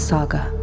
Saga